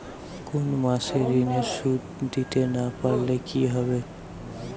কোন মাস এ ঋণের সুধ দিতে না পারলে কি হবে?